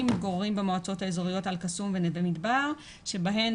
מתגוררים במועצות האזוריות אל קסום ונווה מדבר שבהן